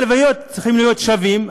אבל היות שצריכים להיות שווים,